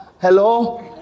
hello